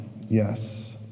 yes